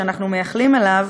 שאנחנו מייחלים לו.